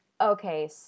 okay